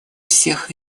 всех